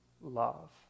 love